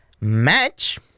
match